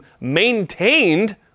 maintained